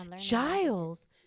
Giles